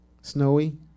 Snowy